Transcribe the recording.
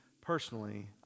personally